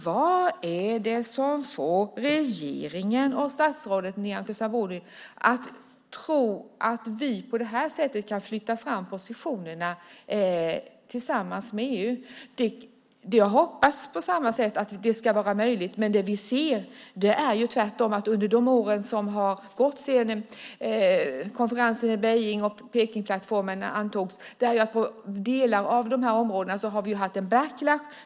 Vad är det som får regeringen och statsrådet Nyamko Sabuni att tro att vi på det här sättet kan flytta fram positionerna tillsammans med EU? Jag hoppas att det ska vara möjligt, men vi ser att vi under de år som har gått sedan konferensen i Peking hölls och sedan Pekingplattformen antogs har haft en backlash på delar av de här områdena.